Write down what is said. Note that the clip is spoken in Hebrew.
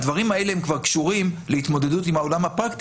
הדברים האלה כבר קשורים להתמודדות עם העולם הפרקטי